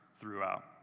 throughout